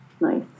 Nice